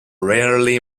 rarely